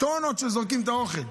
טונות שזורקים את האוכל.